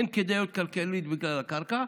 אין כדאיות כלכלית בגלל הקרקע,